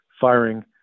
firing